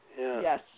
Yes